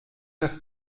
neuf